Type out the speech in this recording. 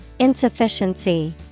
Insufficiency